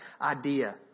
idea